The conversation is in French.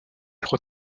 trop